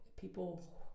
people